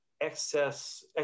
excess